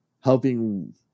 helping